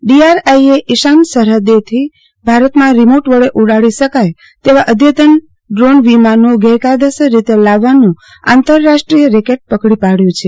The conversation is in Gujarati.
ડીઆરઆઈએ ઈશાન સરહદેથી ભારતમાં રિમોટ વડે ઉડાડી શકાય તેવા અઘતન ડ્રોન વિમાનો ગેરકાયદેસર રીતે લાવવાનું આંતરરાષ્ટ્રીય રેકેટ પકડી પાડ્યું છે